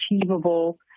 achievable